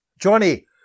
Johnny